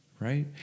right